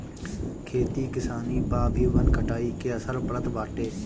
खेती किसानी पअ भी वन कटाई के असर पड़त बाटे